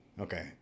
Okay